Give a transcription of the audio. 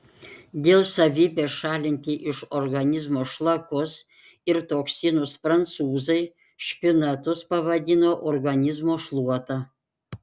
dėl savybės šalinti iš organizmo šlakus ir toksinus prancūzai špinatus pavadino organizmo šluota